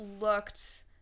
looked